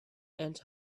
and